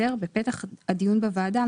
10. בפתח הדיון בוועדה,